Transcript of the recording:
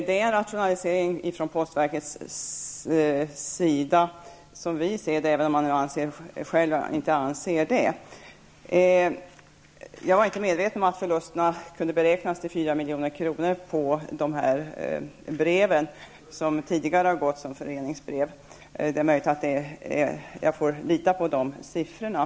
Det är en rationalisering från postverkets sida, som vi ser det, även om man på postverket inte anser det. Jag var inte medveten om att förlusterna kunde beräknas till 4 milj.kr. på de brev som tidigare har gått som föreningsbrev. Det är möjligt. Jag får lita på de siffrorna.